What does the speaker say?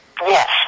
Yes